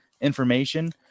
information